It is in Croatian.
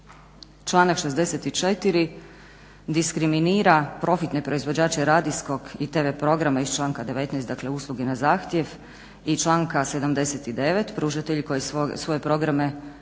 Članak 64. diskriminira profitne proizvođače radijskog i tv programa iz članka 19. dakle usluge na zahtjev i članka 79. pružatelji koji svoje programe distributiraju